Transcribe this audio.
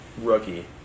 rookie